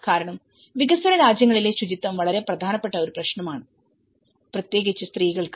കാരണം വികസ്വര രാജ്യങ്ങളിൽ ശുചിത്വം വളരെ പ്രധാനപ്പെട്ട ഒരു പ്രശ്നമാണ് പ്രത്യേകിച്ച് സ്ത്രീകൾക്ക്